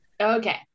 okay